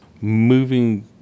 moving